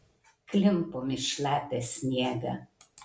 klimpom į šlapią sniegą